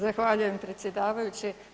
Zahvaljujem predsjedavajući.